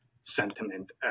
sentiment